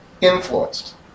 influenced